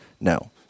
No